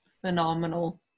phenomenal